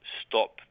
stop